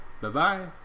Bye-bye